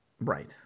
Right